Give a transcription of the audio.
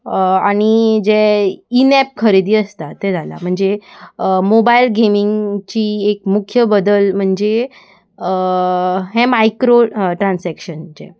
आनी जे in app खरेदी आसता ते जाला म्हणजे मोबायल गेमींगची एक मुख्य बदल म्हणजे हे मायक्रो ट्रान्सॅक्शन जें